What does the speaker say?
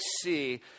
see